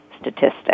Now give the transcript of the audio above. statistic